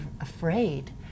afraid